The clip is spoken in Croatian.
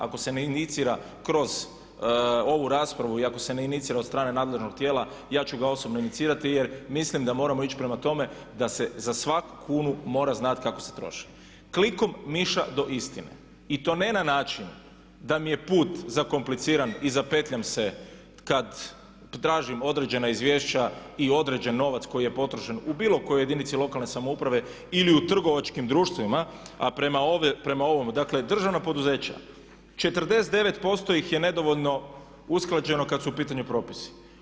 Ako se ne indicira kroz ovu raspravu i ako se ne indicira od strane nadležnog tijela ja ću ga osobno inicirati jer mislim da moramo ići prema tome da se za svaku kunu mora znat kako se troši, klikom miša do istine, i to ne na način da mi je put zakompliciran i zapetljam se kad tražim određena izvješća i određen novac koji je potrošen u bilo kojoj jedinici lokalne samouprave ili u trgovačkim društvima a prema ovome državna poduzeća, 49% ih je nedovoljno usklađeno kad su u pitanju propisi.